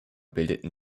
bildeten